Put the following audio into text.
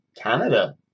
Canada